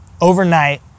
overnight